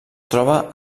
troba